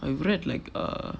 I've read like uh